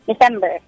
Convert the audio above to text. December